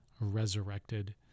resurrected